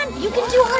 and you can do